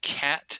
cat